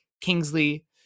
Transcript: Kingsley